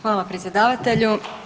Hvala predsjedavatelju.